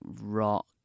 rock